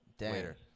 later